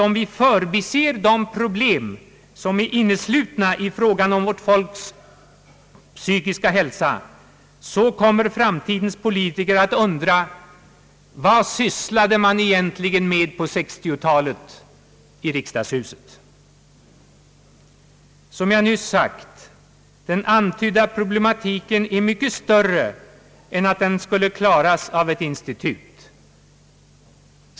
Om vi förbiser de problem, som är inneslutna i frågan om vårt folks psykiska hälsa, kommer framtidens politiker att undra: Vad sysslade man egentligen med på 1960-talet i riksdagshuset? Den antydda problematiken är, som jag nyss sade, mycket större än att den skulle kunna klaras av ett institut.